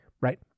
right